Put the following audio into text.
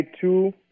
two